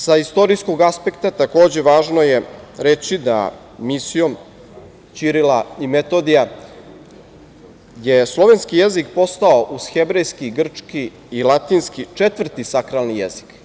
Sa istorijskog aspekta takođe je važno reći da misijom Ćirila i Metodija je slovenski jezik postao uz hebrejski, grčki i latinski, četvrti sakralni jezik.